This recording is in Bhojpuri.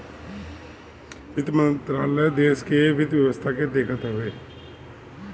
वित्त मंत्रालय देस के वित्त व्यवस्था के देखत हवे